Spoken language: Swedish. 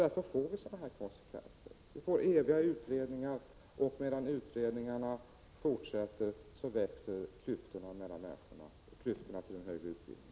Därför blir det sådana här konsekvenser. Vi får eviga utredningar, och medan utredningarna fortsätter, så växer klyftorna mellan människorna när det gäller den högre utbildningen.